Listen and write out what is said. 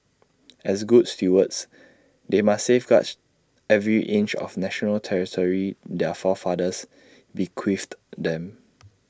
as good stewards they must safeguard every inch of national territory their forefathers bequeathed them